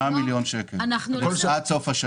בגירעון של 8 מיליון שקל עד סוף השנה.